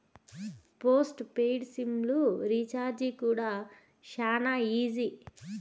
post paid SIM లు recharge కూడా శానా ఈజీ